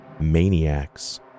maniacs